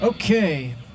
Okay